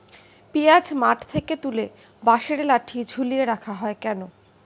পিঁয়াজ মাঠ থেকে তুলে বাঁশের লাঠি ঝুলিয়ে রাখা হয় কেন?